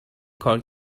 کار